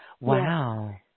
Wow